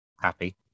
Happy